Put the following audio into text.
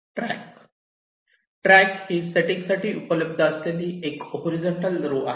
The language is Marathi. ट्रॅक ट्रॅक ही सेटिंग साठी उपलब्ध असलेली एक हॉरीझॉन्टल रो आहे